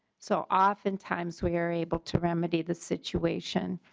so oftentimes we are able to remedy the situation.